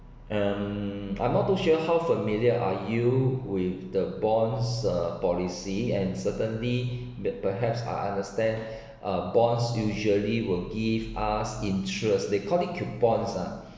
um I'm not too sure how familiar are you with the bonds uh policy and certainly but perhaps I understand a bonds usually will give us interests they call it coupons ah